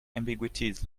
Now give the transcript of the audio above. ambiguities